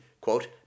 quote